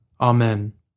Amen